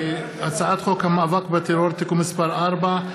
הצעת חוק המאבק בטרור (תיקון מס' 4),